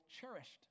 cherished